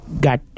got